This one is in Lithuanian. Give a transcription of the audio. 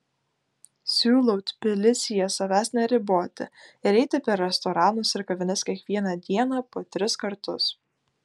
siūlau tbilisyje savęs neriboti ir eiti per restoranus ir kavines kiekvieną dieną po tris kartus